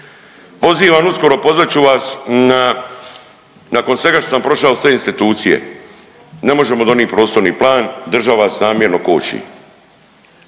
pozivam uskoro, pozvat ću vas na, nakon svega što sam prošao sve institucije, ne možemo donit prostorni plan, država vas namjerno koči